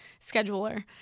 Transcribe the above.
scheduler